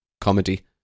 comedy